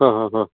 ಹೋ ಹೋ ಹೋ